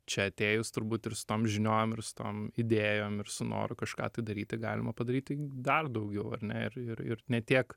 čia atėjus turbūt ir su tom žiniom ir su tom idėjom ir su noru kažką tai daryti galima padaryti dar daugiau ar ne ir ir ir ne tiek